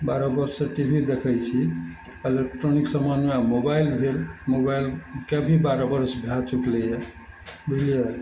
बारह वर्षसँ T V देखय छी इलेक्ट्रॉनिक सामानमे आब मोबाइल भेल मोबाइलके भी बारह वर्ष भए चुकलय यए बुझलियै